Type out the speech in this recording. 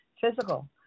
physical